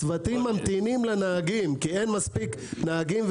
הצוותים ממתינים לנהגים, כי אין מספיק נהגים.